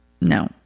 no